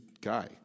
guy